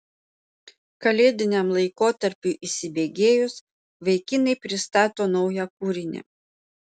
kalėdiniam laikotarpiui įsibėgėjus vaikinai pristato naują kūrinį